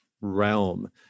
realm